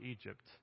Egypt